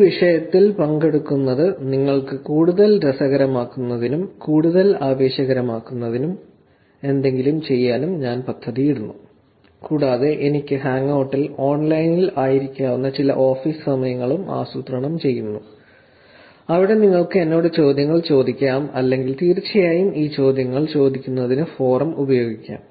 ഈ വിഷയത്തിൽ പങ്കെടുക്കുന്നത് നിങ്ങൾക്ക് കൂടുതൽ രസകരമാക്കുന്നതിനും കൂടുതൽ ആവേശകരമാക്കുന്നതിനും എന്തെങ്കിലും ചെയ്യാനും ഞാൻ പദ്ധതിയിടുന്നു കൂടാതെ എനിക്ക് ഹാങ്ഔട്ൽ ഓൺലൈനിൽ ആയിരിക്കാവുന്ന ചില ഓഫീസ് സമയങ്ങളും ആസൂത്രണം ചെയ്യുന്നു അവിടെ നിങ്ങൾക്ക് എന്നോട് ചോദ്യങ്ങൾ ചോദിക്കാം അല്ലെങ്കിൽ തീർച്ചയായും ഈ ചോദ്യങ്ങൾ ചോദിക്കുന്നതിനും ഫോറം ഉപയോഗിക്കാം